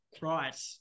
Right